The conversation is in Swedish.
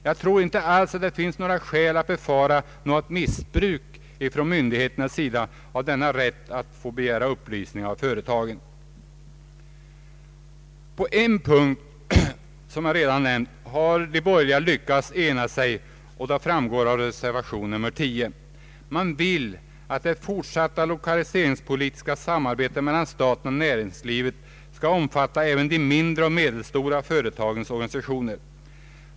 Jag tror inte alls att det finns några skäl att befara något missbruk från myndighetens sida av den rätt den får att begära upplysningar av företagen. På en punkt har som jag redan nämnt de borgerliga lyckats ena sig, vilket framgår av reservationen nr 10. Man vill att det fortsatta lokaliseringspolitiska samarbetet mellan staten och näringslivet skall omfatta även de mindre och medelstora företagens organisationer.